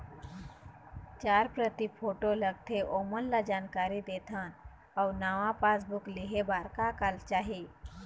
चार प्रति फोटो लगथे ओमन ला जानकारी देथन अऊ नावा पासबुक लेहे बार का का चाही?